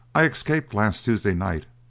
i escaped last tuesday night,